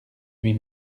huit